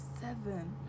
Seven